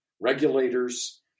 regulators